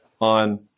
on